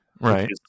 Right